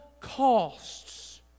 costs